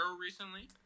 recently